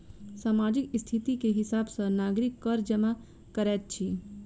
सामाजिक स्थिति के हिसाब सॅ नागरिक कर जमा करैत अछि